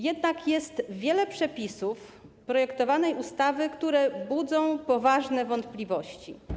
Jest jednak wiele przepisów projektowanej ustawy, które budzą poważne wątpliwości.